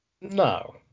No